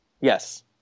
Yes